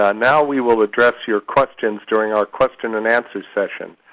ah now we will address your questions during our question-and-answer session.